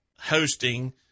hosting